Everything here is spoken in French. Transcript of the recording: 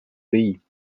pays